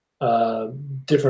different